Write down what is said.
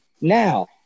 Now